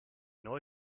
neu